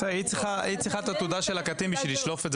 היא צריכה את התעודה של הקטין, כדי לשלוף אותה